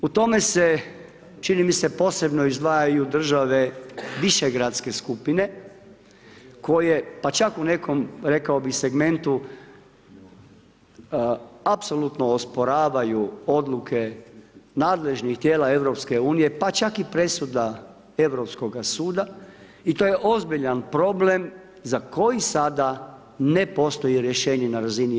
U tome se čini mi se posebno izdvajaju države Višegradske skupine koje pa čak u nekom rekao bih segmentu apsolutno osporavaju odluke nadležnih tijela EU pa čak i presuda Europskoga suda i to je ozbiljan problem za koji sada ne postoji rješenje na razini EU.